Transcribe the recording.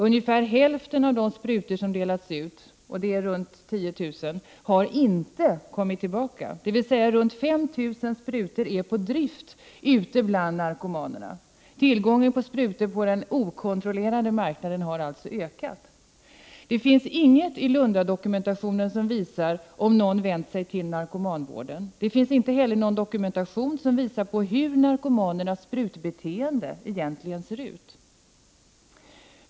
Ungefär hälften av de runt 10 000 sprutor som delats ut har inte kommit tillbaka, dvs. omkring 5 000 sprutor är på drift ute bland narkomanerna. Tillgången på sprutor på den okontrollerade marknaden har alltså ökat. Det finns ingenting i Lundadokumentationen som visar om någon vänt sig till narkomanvården. Det finns inte heller någon dokumentation som visar på hur narkomanernas sprutbeteende egentligen ser ut.